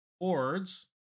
boards